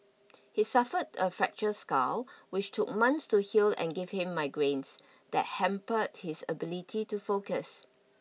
he suffered a fracture skull which took months to heal and gave him migraines that hampered his ability to focus